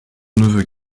neveu